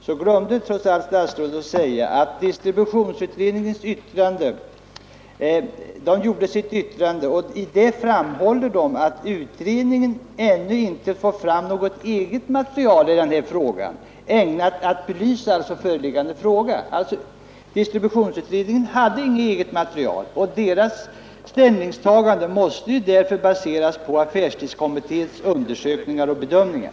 Då glömde statsrådet att säga att distributionsutredningen i sitt yttrande framhåller att utredningen ännu inte fått fram något eget material, ägnat att belysa den föreliggande frågan. Distributionsutredningen hade inget eget material, och dess ställningstagande måste därför baseras på affärstidskommitténs undersökningar och bedömningar.